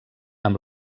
amb